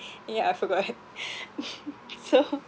yeah I forgot so